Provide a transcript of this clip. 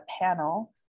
panel